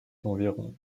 d’environ